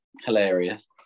Hilarious